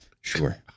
sure